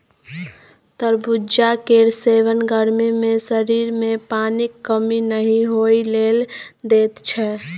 तरबुजा केर सेबन गर्मी मे शरीर मे पानिक कमी नहि होइ लेल दैत छै